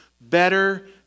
better